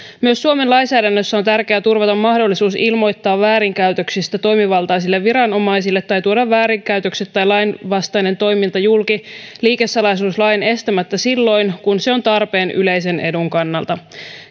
myös suomen lainsäädännössä on tärkeää turvata mahdollisuus ilmoittaa väärinkäytöksistä toimivaltaisille viranomaisille tai tuoda väärinkäytökset tai lainvastainen toiminta julki liikesalaisuuslain estämättä silloin kun se on tarpeen yleisen edun kannalta